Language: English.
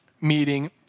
meeting